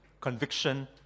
conviction